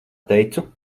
teicu